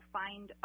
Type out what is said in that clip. find